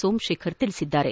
ಸೋಮಶೇಖರ್ ತಿಳಿಸಿದ್ದಾರೆ